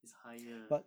is higher